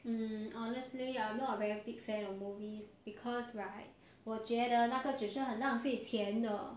mm honestly I'm not very big fan of movies because right 我觉得那个只是很浪费钱的